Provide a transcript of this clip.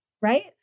Right